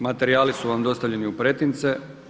Materijali su vam dostavljeni u pretince.